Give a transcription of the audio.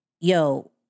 yo